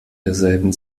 derselben